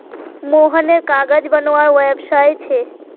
मोहनेर कागज बनवार व्यवसाय छे